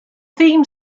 theme